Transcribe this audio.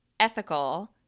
ethical